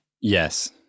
Yes